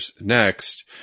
next